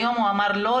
היום הוא אמר לא,